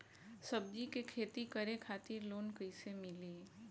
सब्जी के खेती करे खातिर लोन कइसे मिली?